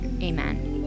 Amen